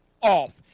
off